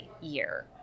year